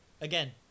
Again